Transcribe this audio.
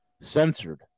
censored